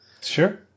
Sure